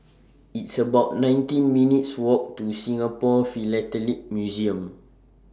It's about nineteen minutes' Walk to Singapore Philatelic Museum